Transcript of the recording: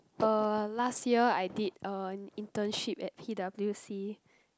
uh last year I did a internship at T_W_C